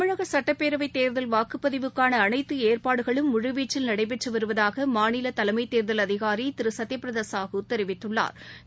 தமிழகசட்டப்பேரவைதேர்தல் வாக்குப்பதிவுக்கானஅனைத்துஏற்பாடுகளும் முழுவீச்சில் நடைபெற்றுவருவதாகமாநிலதலைமைதேர்தல் அதிகாரிதிருசத்தியபிரதாசாகுதெரிவித்துள்ளாா்